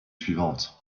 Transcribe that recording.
suivantes